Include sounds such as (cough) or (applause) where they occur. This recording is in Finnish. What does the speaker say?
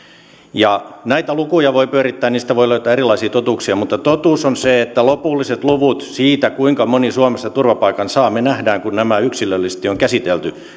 näitä lukuja voi pyörittää niistä voi löytää erilaisia totuuksia mutta totuus on se että lopulliset luvut siitä kuinka moni suomessa turvapaikan saa me näemme kun nämä yksilöllisesti on käsitelty (unintelligible)